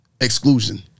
exclusion